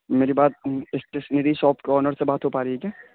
میری بات stationery shop کے آنر سے بات ہو پا رہی ہے کیا